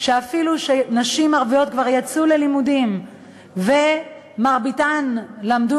שאפילו שנשים ערביות כבר יצאו ללימודים ומרביתן למדו,